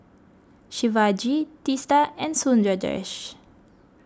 Shivaji Teesta and Sundaresh